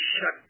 shut